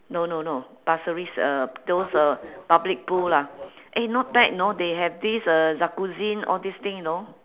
no no no pasir ris uh those uh public pool lah eh not bad you know they have this uh jacuzzi all these thing you know